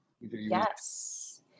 yes